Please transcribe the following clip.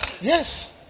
yes